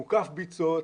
מוקף ביצות,